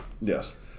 yes